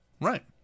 Right